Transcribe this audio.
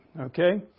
okay